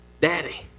daddy